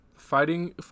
Fighting